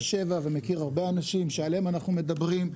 שבע ומכיר הרבה אנשים שעליהם אנחנו מדברים.